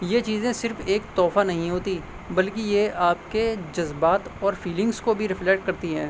یہ چیزیں صرف ایک تحفہ نہیں ہوتی بلکہ یہ آپ کے جذبات اور فیلنگس کو بھی رفلیکٹ کرتی ہیں